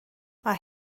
mae